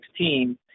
2016